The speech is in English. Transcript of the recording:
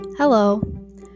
Hello